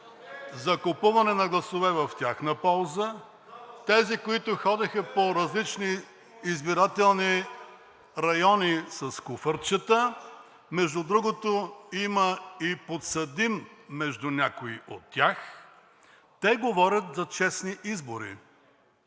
за купуване на гласове в тяхна полза, тези, които ходеха по различни избирателни райони с куфарчета – между другото, има и подсъдим между някои от тях – те говорят за честни избори.